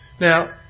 Now